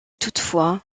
toutefois